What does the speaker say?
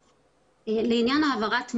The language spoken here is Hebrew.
לעניין העברת מידע,